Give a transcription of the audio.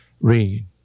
Read